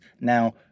now